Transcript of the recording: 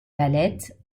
valette